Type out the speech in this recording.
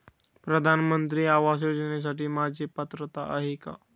प्रधानमंत्री आवास योजनेसाठी माझी पात्रता आहे का?